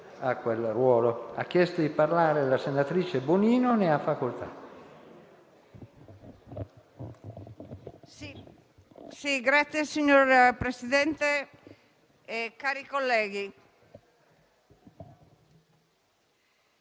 iscritta a parlare la senatrice Bonino. Ne ha facoltà.